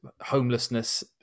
homelessness